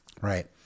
right